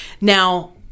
now